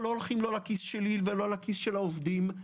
שלא הולכים לכיס שלי ולא לכיס של העובדים,